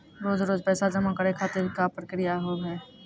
रोज रोज पैसा जमा करे खातिर का प्रक्रिया होव हेय?